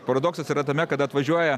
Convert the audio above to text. paradoksas yra tame kad atvažiuoja